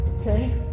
okay